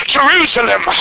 Jerusalem